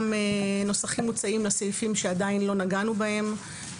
נוסחים מוצעים לסעיפים שעדיין לא נגענו בהם,